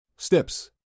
Steps